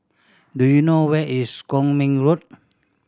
do you know where is Kwong Min Road